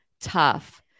tough